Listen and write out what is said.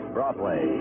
Broadway